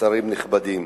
שרים נכבדים,